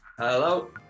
Hello